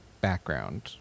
background